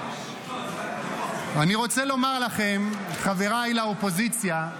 אני רוצה לומר לכם, חבריי מהאופוזיציה,